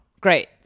Great